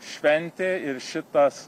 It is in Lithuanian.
šventė ir šitas